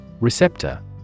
Receptor